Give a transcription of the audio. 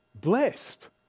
Blessed